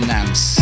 Nance